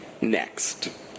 next